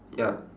ya